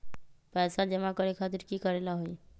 पैसा जमा करे खातीर की करेला होई?